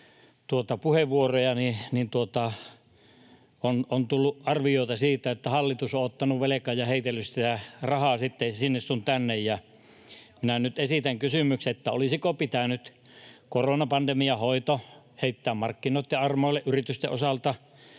puheenvuoroja, niin on tullut arvioita siitä, että hallitus on ottanut velkaa ja heitellyt sitä rahaa sitten sinne sun tänne. [Lulu Ranne: No niinhän te olette!] Minä nyt esitän kysymyksen: olisiko pitänyt koronapandemian hoito heittää markkinoitten armoille yritysten osalta